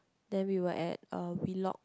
then we were at uh Wheelock